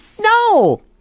No